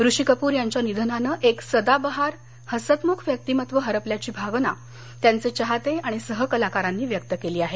ऋषी कप्र यांच्या निधनानं एक सदाबहार हसतमुख व्यक्तिमत्व हरपल्याची भावना त्यांचे चाहते आणि सहकलाकारांनी व्यक्त केली आहे